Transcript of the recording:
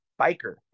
biker